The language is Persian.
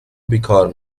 بیکار